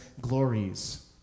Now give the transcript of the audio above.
glories